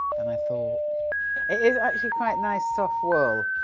than i thought. it is actually quite nice soft wool!